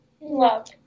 Love